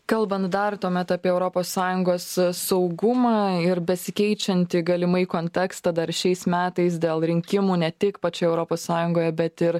kalbant dar tuomet apie europos sąjungos saugumą ir besikeičiantį galimai kontekstą dar šiais metais dėl rinkimų ne tik pačioj europos sąjungoje bet ir